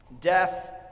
Death